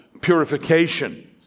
purification